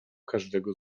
każdego